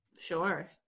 Sure